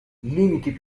limiti